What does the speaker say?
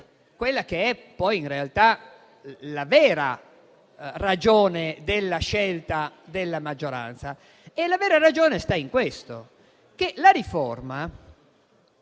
quella che in realtà è la vera ragione della scelta della maggioranza. La vera ragione sta in questo: la riforma